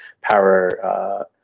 power